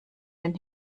den